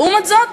לעומת זאת,